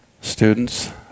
students